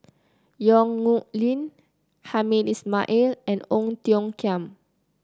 Yong Nyuk Lin Hamed Ismail and Ong Tiong Khiam